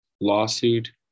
lawsuit